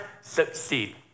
succeed